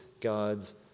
God's